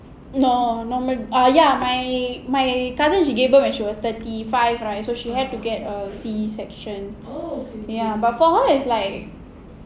no no ya my my cousin she gave birth when she was thrity five right so she had to get a C section ya but for her is like